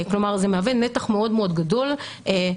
כלומר זה מהווה נתח מאוד גדול שמייצר